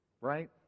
Right